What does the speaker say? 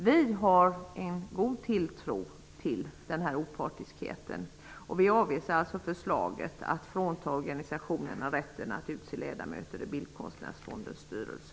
Vi har en god tilltro till deras opartiskhet, och vi avvisar därför förslaget att organisationerna skall fråntas rätten att utse ledamöter i bildkonstnärsfondens styrelse.